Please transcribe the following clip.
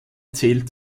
zählt